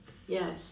yes